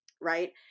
Right